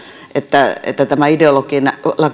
se että tämä ideologia